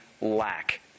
lack